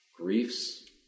Griefs